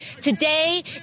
Today